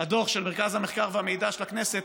הדוח של מרכז המחקר והמידע של הכנסת,